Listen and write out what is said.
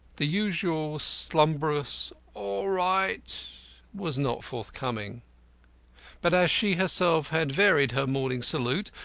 the usual slumbrous all right was not forthcoming but, as she herself had varied her morning salute,